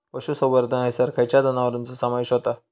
पशुसंवर्धन हैसर खैयच्या जनावरांचो समावेश व्हता?